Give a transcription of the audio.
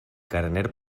carener